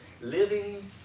Living